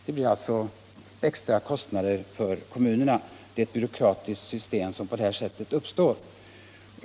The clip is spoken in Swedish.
Det blir alltså extra kostnader för kommunerna.